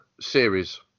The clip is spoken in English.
series